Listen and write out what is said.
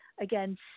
Again